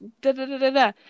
da-da-da-da-da